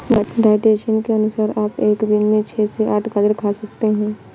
dietitian के अनुसार आप एक दिन में छह से आठ गाजर खा सकते हैं